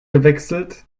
gewechselt